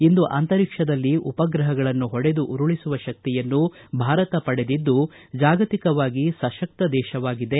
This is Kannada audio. ಇಂದು ಅಂತರಿಕ್ಷದಲ್ಲಿ ಉಪ್ರಪಗಳನ್ನು ಹೊಡೆದು ಉರುಳಿಸುವ ಶಕ್ತಿಯನ್ನು ಭಾರತ ಪಡೆದಿದ್ದು ಜಾಗತಿಕವಾಗಿ ಸಶಕ್ತ ದೇಶವಾಗಿದೆ